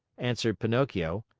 answered pinocchio.